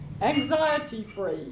anxiety-free